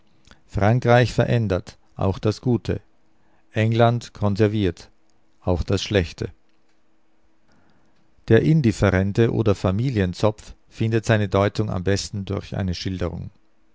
frankreich verändert auch das gute england konserviert auch das schlechte der indifferente oder familienzopf findet seine deutung am besten durch eine schilderung